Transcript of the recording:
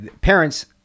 parents